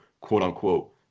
quote-unquote